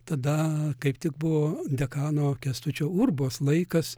tada kaip tik buvo dekano kęstučio urbos laikas